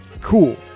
Cool